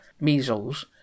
measles